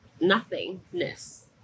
nothingness